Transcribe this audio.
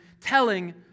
telling